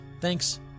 Thanks